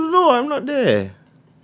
how am I supposed to know I'm not there